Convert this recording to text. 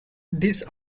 this